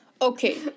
Okay